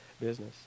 business